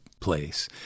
place